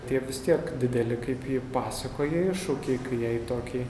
tie vis tiek dideli kaip ji pasakoja iššūkiai kai jai tokiai